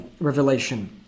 revelation